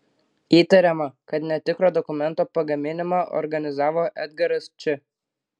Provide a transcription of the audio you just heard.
įtariama kad netikro dokumento pagaminimą organizavo edgaras č